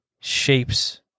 shapes